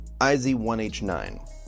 iz1h9